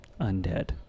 undead